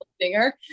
singer